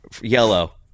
Yellow